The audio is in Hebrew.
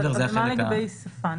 אז מה לגבי שפה?